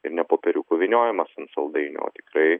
ir ne popieriukų vyniojimas ant saldainių o tikrai